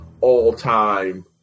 all-time